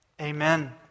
Amen